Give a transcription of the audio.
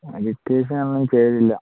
മെഡിറ്റേഷനൊന്നും ചെയ്തില്ല